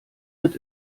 wird